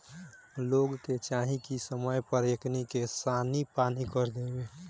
लोग के चाही की समय पर एकनी के सानी पानी कर देव